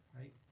right